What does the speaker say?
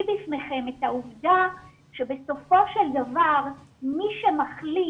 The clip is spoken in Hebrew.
בפניכם את העובדה שבסופו של דבר מי שמחליט